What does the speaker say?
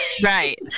Right